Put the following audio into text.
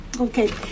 Okay